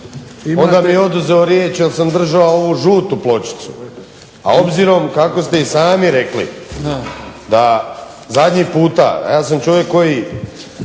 Onda mi je oduzeo riječ jer sam držao ovu žutu pločicu, a obzirom kako ste i sami rekli da zadnji puta, a ja sam čovjek koji